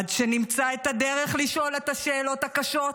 עד שנמצא את הדרך לשאול את השאלות הקשות,